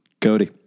Cody